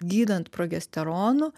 gydant progesteronu